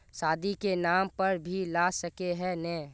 शादी के नाम पर भी ला सके है नय?